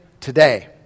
today